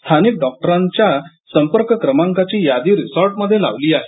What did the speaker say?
स्थानिक डॉक्टरांच्या संपर्क क्रमांकांची यादी रिसॉर्टमध्ये लावली आहे